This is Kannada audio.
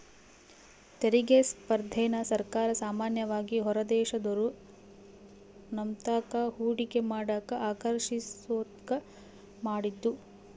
ತೆರಿಗೆ ಸ್ಪರ್ಧೆನ ಸರ್ಕಾರ ಸಾಮಾನ್ಯವಾಗಿ ಹೊರದೇಶದೋರು ನಮ್ತಾಕ ಹೂಡಿಕೆ ಮಾಡಕ ಆಕರ್ಷಿಸೋದ್ಕ ಮಾಡಿದ್ದು